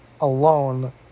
alone